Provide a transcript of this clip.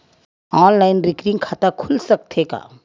Online recurring खाता खुल सकथे का?